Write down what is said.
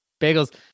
bagels